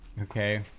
Okay